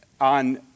on